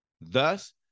Thus